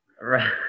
right